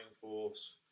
force